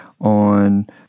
on